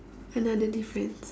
another difference